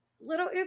Little